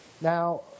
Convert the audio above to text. Now